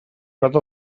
cota